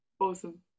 Awesome